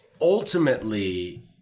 ultimately